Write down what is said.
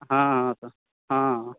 हाँ हाँ तो हाँ